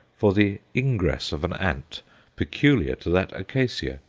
for the ingress of an ant peculiar to that acacia,